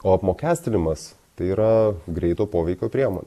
o apmokestinimas tai yra greito poveikio priemonė